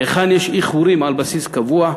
היכן יש איחורים על בסיס קבוע,